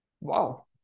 Wow